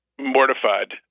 mortified